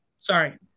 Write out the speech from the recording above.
Sorry